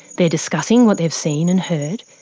they're discussing what they've seen and heard.